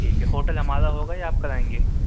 ٹھیک ہے ہوٹل ہمارا ہوگا یا آپ کرائیں گے